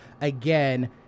again